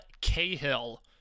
Cahill